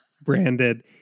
branded